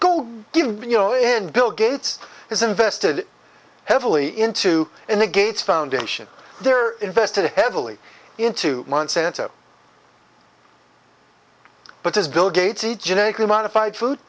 go given you know it and bill gates has invested heavily into in the gates foundation they're invested heavily into months into but his bill gates genetically modified food